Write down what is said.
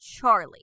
Charlie